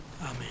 Amen